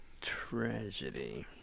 tragedy